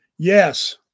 Yes